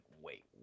wait